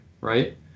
right